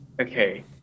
Okay